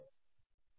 ಇದು x